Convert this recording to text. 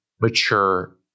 mature